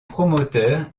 promoteur